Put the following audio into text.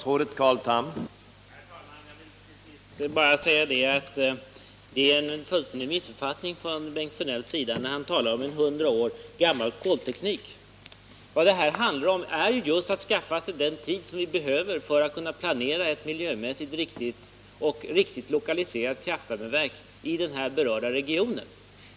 Herr talman! Det är en fullständig missuppfattning från Bengt Sjönells sida när han talar om en hundra år gammal kolteknik. Vad det här handlar om är just att skaffa oss den tid vi behöver för att kunna planera ett miljömässigt riktigt lokaliserat kraftvärmeverk i den berörda regionen.